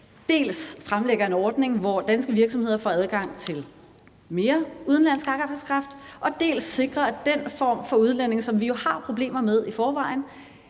dels fremlægger en ordning, hvor danske virksomheder får adgang til mere udenlandsk arbejdskraft, dels sikrer, at den form for udlændinge, som vi jo har problemer med i forvejen,